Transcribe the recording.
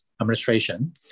administration